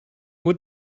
what